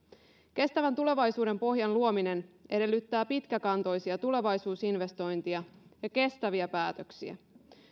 kestävän tulevaisuuden pohjan luominen edellyttää pitkäkantoisia tulevaisuusinvestointeja ja kestäviä päätöksiä